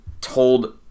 told